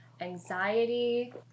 anxiety